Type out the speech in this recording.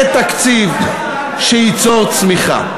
זה תקציב שייצור צמיחה.